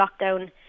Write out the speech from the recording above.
lockdown